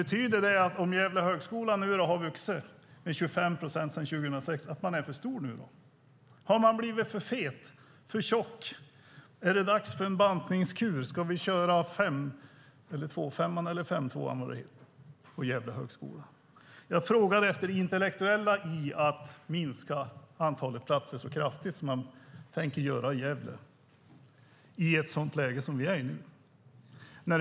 Men om nu Högskolan i Gävle har vuxit med 25 procent sedan 2006, betyder det att man är för stor nu? Har man blivit för fet, för tjock? Är det dags för en bantningskur? Ska vi köra 5:2 på Högskolan i Gävle? Jag frågade efter det intellektuella i att minska antalet platser så kraftigt som man tänker göra i Gävle i ett sådant läge som vi är i nu.